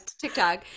TikTok